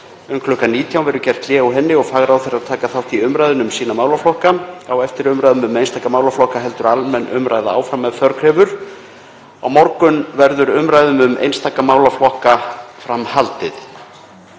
Um kl. 19 verður gert hlé á henni og fagráðherrar taka þátt í umræðunni um sína málaflokka. Á eftir umræðum um einstaka málaflokka heldur almenn umræða áfram ef þörf krefur. Á morgun verður umræðum um einstaka málaflokka fram haldið.